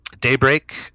daybreak